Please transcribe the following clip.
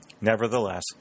Nevertheless